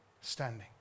standing